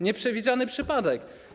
Nieprzewidziany przypadek.